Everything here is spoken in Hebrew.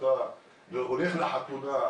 אתה הולך לחתונה,